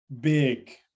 big